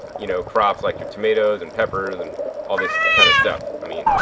you know, crops like your tomatoes and peppers and all this kind of stuff. i mean,